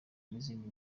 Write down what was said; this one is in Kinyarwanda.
n’izindi